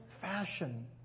fashion